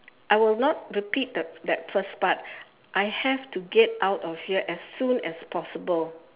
I will not repeat that that first part I have to get out of here as soon as possible